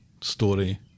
story